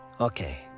Okay